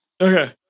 Okay